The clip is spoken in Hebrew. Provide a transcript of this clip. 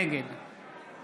נגד